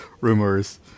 rumors